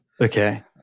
Okay